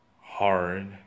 hard